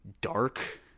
dark